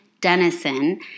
Dennison